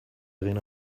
egin